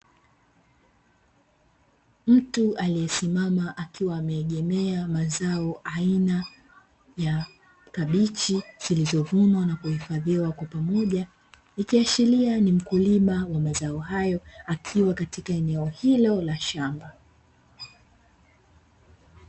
Mtu aliyesimama akiwa ameegemea mazao aina ya kabichi zilizovunwa na kuhifadhiwa kwa pamoja. Ikiashiria ni mkulima wa mazao hayo, akiwa katika eneo hilo la shamba.